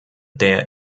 der